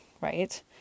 Right